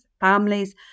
families